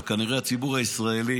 אבל כנראה הציבור הישראלי